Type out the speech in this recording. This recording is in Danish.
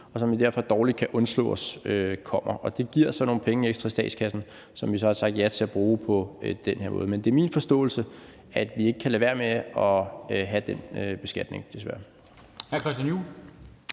og som vi derfor dårligt kan undslå os for kommer. Det giver så nogle penge ekstra i statskassen, som vi så har sagt ja til at bruge på den her måde. Men det er min forståelse, at vi ikke kan lade være med at have den beskatning, desværre.